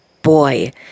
boy